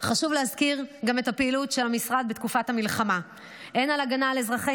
חשוב להזכיר גם את הפעילות של המשרד בתקופת המלחמה הן בהגנה על אזרחי